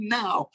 now